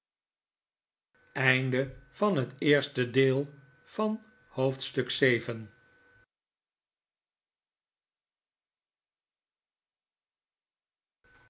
oosten van het westen van het